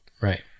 Right